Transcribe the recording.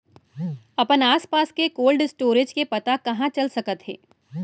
अपन आसपास के कोल्ड स्टोरेज के पता कहाँ चल सकत हे?